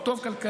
הוא טוב כלכלית,